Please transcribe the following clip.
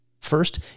First